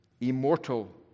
immortal